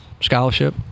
Scholarship